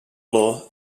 law